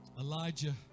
Elijah